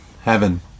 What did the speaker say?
heaven